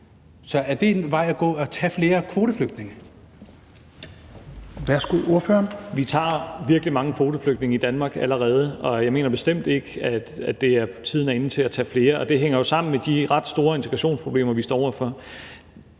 Helveg Petersen): Værsgo, ordføreren. Kl. 13:30 Rasmus Stoklund (S): Vi tager virkelig mange kvoteflygtninge i Danmark allerede, og jeg mener bestemt ikke, at tiden er inde til at tage flere. Det hænger jo sammen med de ret store integrationsproblemer, vi står over for.